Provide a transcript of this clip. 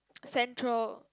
central